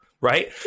right